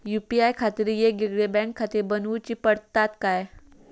UPI खातीर येगयेगळे बँकखाते बनऊची पडतात काय?